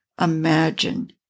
imagine